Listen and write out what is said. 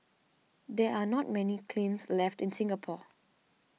there are not many kilns left in Singapore